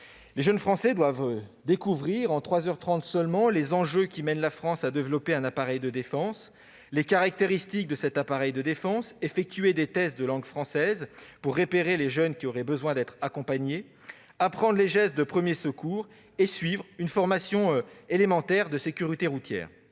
les jeunes Français doivent, en trois heures trente seulement, découvrir les enjeux qui mènent la France à développer un appareil de défense et les caractéristiques de celui-ci, passer des tests de langue française pour repérer les jeunes qui auraient besoin d'être accompagnés, apprendre les gestes de premiers secours et suivre une formation élémentaire de sécurité routière